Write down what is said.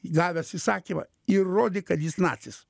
gavęs įsakymą įrodė kad jis nacis